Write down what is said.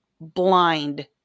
blind